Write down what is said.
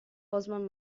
osman